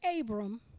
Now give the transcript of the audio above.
Abram